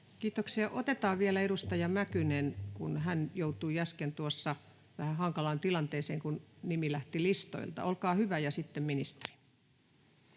Kiitoksia. — Otetaan vielä edustaja Mäkynen, kun hän joutui äsken tuossa vähän hankalaan tilanteeseen, kun nimi lähti listoilta, ja sitten ministeri.